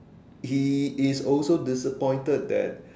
he is also disappointed that